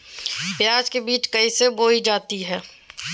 प्याज के बीज कैसे बोई जाती हैं?